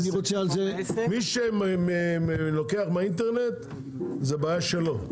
מי שלוקח מהאינטרנט זה בעיה שלו.